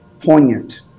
poignant